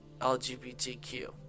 LGBTQ